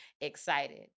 excited